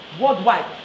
worldwide